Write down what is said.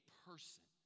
person